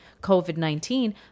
COVID-19